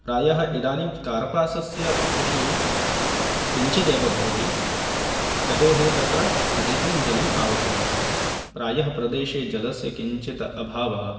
प्रायः इदानीं कर्पासस्य कृषिः किञ्चिदेव भवति यतो हि तत्र अधिकं जलम् आवश्यकं प्रायः प्रदेशे जलस्य किञ्चित् अभावः